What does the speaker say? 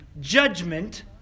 judgment